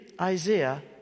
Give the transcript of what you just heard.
Isaiah